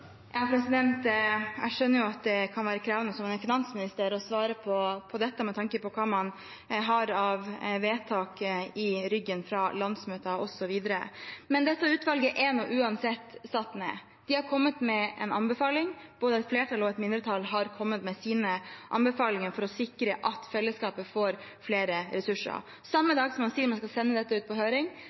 Jeg skjønner jo at det kan være krevende for finansministeren å svare på dette med tanke på hva man har av vedtak i ryggen fra landsmøter osv. Men dette utvalget er uansett satt ned, de har kommet med en anbefaling, både et flertall og et mindretall har kommet med sine anbefalinger for å sikre at fellesskapet får flere ressurser. Samme dag som man sier man skal sende dette ut på høring,